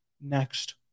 next